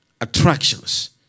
Attractions